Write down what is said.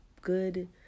good